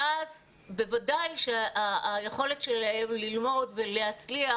ואז בוודאי שהיכולת שלהם ללמוד ולהצליח,